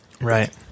Right